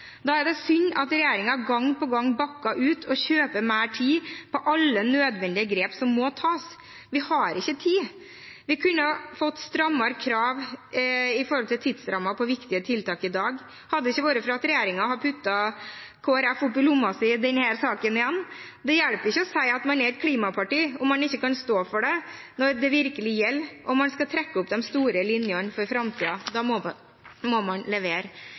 Da er det synd at regjeringen gang på gang bakker ut og kjøper mer tid i alle nødvendige grep som må tas. Vi har ikke tid. Vi kunne fått strammere krav for tidsrammene på viktige tiltak i dag, hadde det ikke vært for at regjeringen har puttet Kristelig Folkeparti opp i lommen sin i denne saken, igjen. Det hjelper ikke å si at man er et klimaparti, om man ikke kan stå for det når det virkelig gjelder og man skal trekke opp de store linjene for framtiden. Da må man levere.